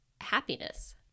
happiness